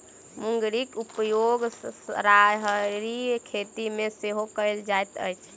मुंगरीक उपयोग राहरिक खेती मे सेहो कयल जाइत अछि